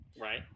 Right